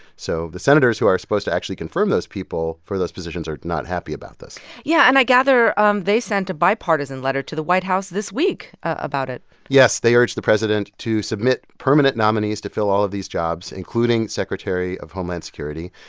so the senators who are supposed to actually confirm those people for those positions are not happy about this yeah, and i gather um they sent a bipartisan letter to the white house this week about it yes. they urged the president to submit permanent nominees to fill all of these jobs, including secretary of homeland security.